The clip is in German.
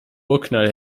urknall